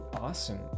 awesome